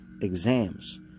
exams